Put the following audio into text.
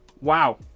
Wow